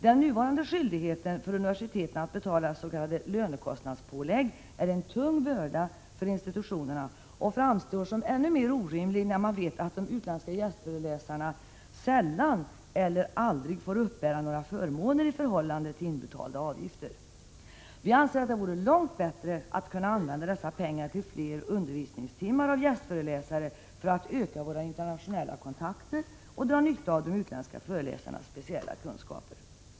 Den nuvarande skyldigheten för universiteten att betala s.k. lönekostnadspålägg är en tung börda för institutionerna och framstår som ännu mer orimlig, när man vet att de utländska gästföreläsarna sällan eller aldrig får uppbära några förmåner i förhållande till inbetalda avgifter. Vi anser att det vore långt bättre att kunna använda dessa pengar till fler undervisningstimmar av gästföreläsare för att öka våra internationella kontakter och dra nytta av de utländska föreläsarnas speciella kunskaper.